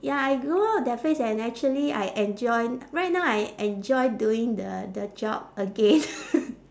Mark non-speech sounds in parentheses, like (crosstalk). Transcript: ya I grew out of that phase and actually I enjoy right now I enjoy doing the the job again (laughs)